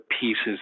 pieces